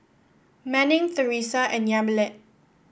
Manning Theresa and Yamilet